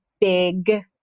big